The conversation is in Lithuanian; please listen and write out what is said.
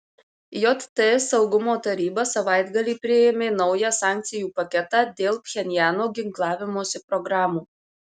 jt saugumo taryba savaitgalį priėmė naują sankcijų paketą dėl pchenjano ginklavimosi programų